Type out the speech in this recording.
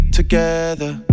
together